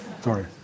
Sorry